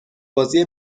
بازی